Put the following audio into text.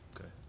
Okay